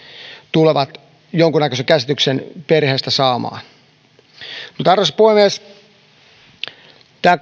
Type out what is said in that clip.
tulevat jonkunnäköisen käsityksen perheestä saamaan mutta arvoisa puhemies tämä